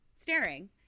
staring